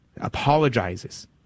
apologizes